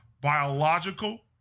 biological